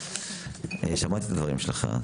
שמעתי את הדברים שלך.